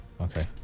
okay